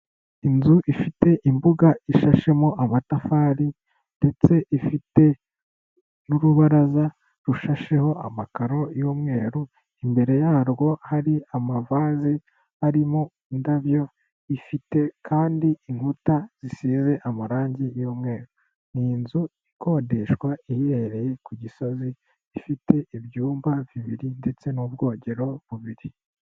Inzu ifite imbuga ishashemo amatafari ndetse ifite n'urubaraza rushasheho amakaro y'umweru, imbere yarwo hari amavaze arimo indabyo ifite kandi inkuta zisize amarangi y'umweru, ni inzu ikodeshwa iherereye ku Gisozi ifite ibyumba bibiri ndetse n'ubwogero bubiri.